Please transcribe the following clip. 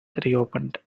reopened